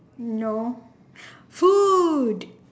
no food